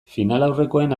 finalaurrekoen